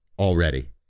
already